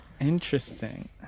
Interesting